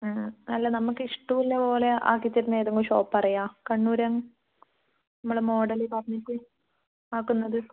അല്ല നമുക്ക് ഇഷ്ടമുള്ള പോലെ ആക്കി തരുന്ന എതെങ്കിലും ഷോപ്പ് അറിയുമോ കണ്ണൂർ തന്നെ നമ്മൾ മോഡൽ പറഞ്ഞിട്ട് ആക്കുന്നത്